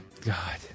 God